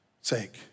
sake